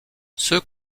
ceux